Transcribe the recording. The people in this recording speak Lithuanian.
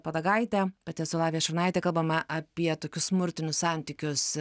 padagaitę pati esu lavija šurnaitė kalbame apie tokius smurtinius santykius